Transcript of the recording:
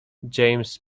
james